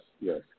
yes